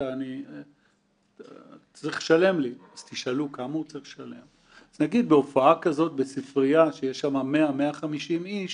כזו - אלפי מכתבים בארכיונים אישיים,